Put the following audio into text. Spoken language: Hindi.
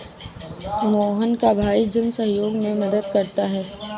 मोहन का भाई जन सहयोग में मदद करता है